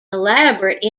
elaborate